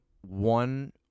one